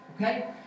okay